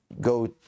go